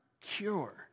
cure